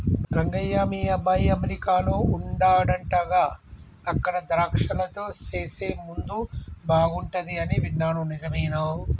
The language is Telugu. రంగయ్య మీ అబ్బాయి అమెరికాలో వుండాడంటగా అక్కడ ద్రాక్షలతో సేసే ముందు బాగుంటది అని విన్నాను నిజమేనా